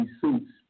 suits